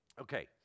Okay